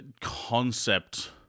concept